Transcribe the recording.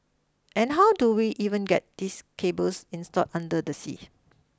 and how do we even get these cables installed under the sea